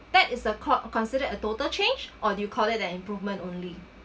that is a court considered a total change or do you call it an improvement only